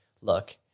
look